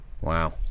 Wow